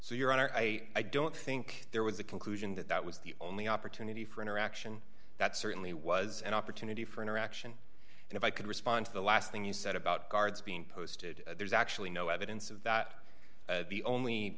so your honor i don't think there was a conclusion that that was the only opportunity for interaction that certainly was an opportunity for interaction and if i could respond to the last thing you said about guards being posted there's actually no evidence of that the only